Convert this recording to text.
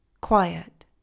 quiet